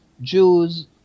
Jews